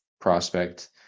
prospect